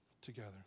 together